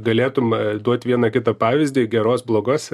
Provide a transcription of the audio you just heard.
galėtum a duot vieną kitą pavyzdį geros blogos